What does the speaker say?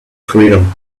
freedom